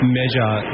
measure